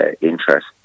interest